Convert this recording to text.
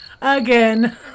Again